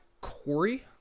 Corey